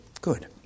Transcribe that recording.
good